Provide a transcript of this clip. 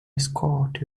escort